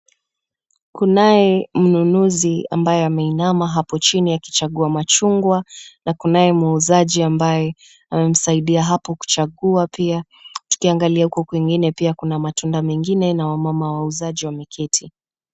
Kunaye mnunuzi ambaye ameinama hapo chini akichagua machungwa na kunaye muuzaji ambaye amemsaidia hapo kuchagua pia. Tukiangalia huko kwingine pia kuna matunda mengine na wamama wauzaji wameketi.